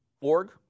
org